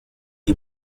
die